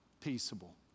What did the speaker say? peaceable